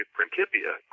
Principia